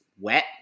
wet